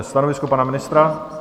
Stanovisko pana ministra?